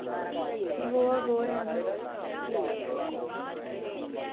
गोआ गोआ जाना